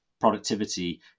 productivity